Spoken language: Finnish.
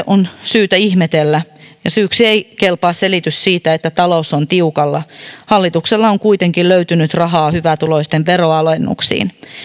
on syytä ihmetellä syyksi ei kelpaa selitys siitä että talous on tiukalla hallitukselta on kuitenkin löytynyt rahaa hyvätuloisten veronalennuksiin